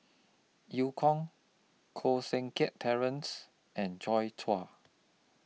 EU Kong Koh Seng Kiat Terence and Joi Chua